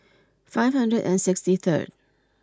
five hundred and sixty third